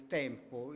tempo